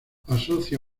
asocia